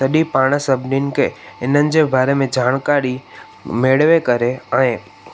तॾहिं पाण सभिनीनि खे इन्हनि जे बारे में जाणकारी मेड़े करे ऐं